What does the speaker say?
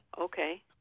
Okay